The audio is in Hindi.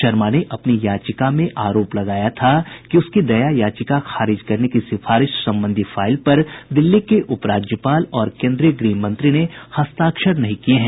शर्मा ने अपनी याचिका में आरोप लगाया था कि उसकी दया याचिका खारिज करने की सिफारिश संबंधी फाईल पर दिल्ली के उप राज्यपाल और केन्द्रीय गृह मंत्री ने हस्ताक्षर नहीं किये हैं